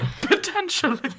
potentially